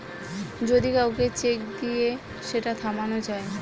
যদি কাউকে চেক দিয়ে সেটা থামানো যায়